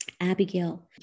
Abigail